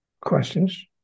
questions